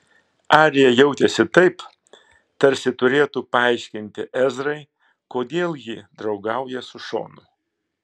arija jautėsi taip tarsi turėtų paaiškinti ezrai kodėl ji draugauja su šonu